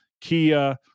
Kia